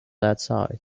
outside